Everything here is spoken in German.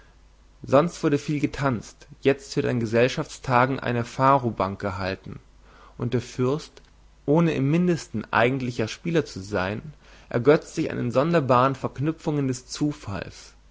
sonst wurde viel getanzt jetzt wird an gesellschaftstagen eine pharobank gehalten und der fürst ohne im mindesten eigentlicher spieler zu sein ergötzt sich an den sonderbaren verknüpfungen des zufalls